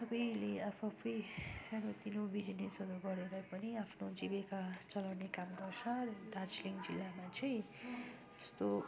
सबैले आफू आफू सानो तिनो बिजनेसहरू गरेर पनि आफ्नो जीविका चलाउने काम गर्छ दार्जिलिङ जिल्लामा चाहिँ त्यस्तो